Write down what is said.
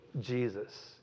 Jesus